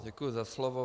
Děkuji za slovo.